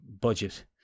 budget